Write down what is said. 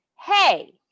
hey